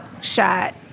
shot